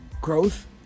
growth